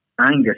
Angus